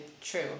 true